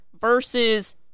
versus